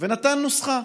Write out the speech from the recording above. ונתן נוסחה.